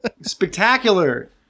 Spectacular